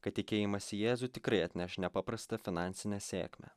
kad tikėjimas į jėzų tikrai atneš nepaprastą finansinę sėkmę